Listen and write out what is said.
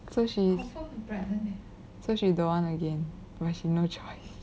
so she is so she don't want again but she no choice